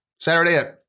Saturday